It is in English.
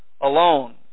alone